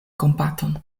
kompaton